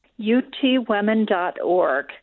utwomen.org